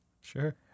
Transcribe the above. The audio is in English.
Sure